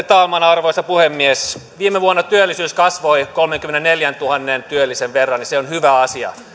talman arvoisa puhemies viime vuonna työllisyys kasvoi kolmenkymmenenneljäntuhannen työllisen verran ja se on hyvä asia